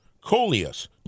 coleus